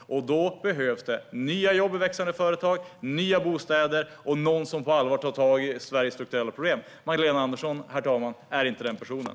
Då behövs det nya jobb i växande företag, nya bostäder och någon som på allvar tar tag i Sveriges strukturella problem. Magdalena Andersson är, herr talman, inte den personen.